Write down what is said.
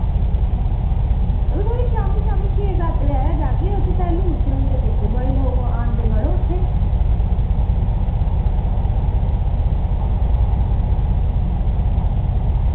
ते ओह् शामीं शामीं छे सत्त बजे हारे लाचै ते तैलूं कुत्थें होंदे मड़ो चक्कर लांदे